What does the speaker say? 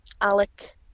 Alec